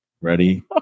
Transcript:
Ready